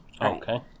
Okay